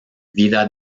vida